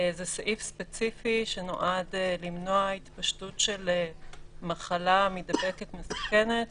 זה סעיף ספציפי שנועד למנוע התפשטות של מחלה מידבקת מסוכנת,